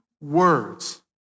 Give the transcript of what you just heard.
words